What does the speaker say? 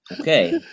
Okay